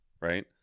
Right